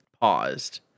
paused